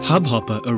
Hubhopper